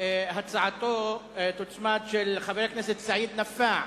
תוצמד הצעתו של חבר הכנסת סעיד נפאע